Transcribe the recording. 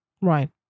Right